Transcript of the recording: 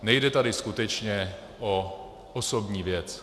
Nejde tady skutečně o osobní věc.